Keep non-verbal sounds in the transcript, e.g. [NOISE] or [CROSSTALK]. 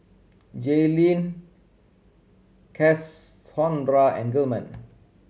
Jayleen [UNINTELLIGIBLE] and Gilman